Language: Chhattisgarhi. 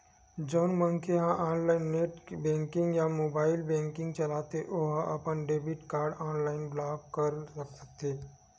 जउन मनखे ह ऑनलाईन नेट बेंकिंग या मोबाईल बेंकिंग चलाथे ओ ह अपन डेबिट कारड ऑनलाईन ब्लॉक कर सकत हे